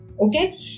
okay